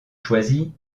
choisie